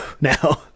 now